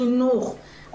חינוך,